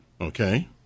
Okay